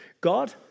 God